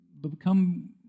become